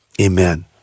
Amen